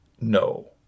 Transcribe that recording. no